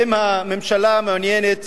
האם הממשלה מעוניינת